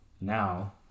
now